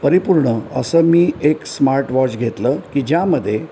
परिपूर्ण असं मी एक स्मार्ट वॉच घेतलं की ज्यामधे